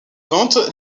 ventes